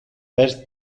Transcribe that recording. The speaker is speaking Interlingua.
per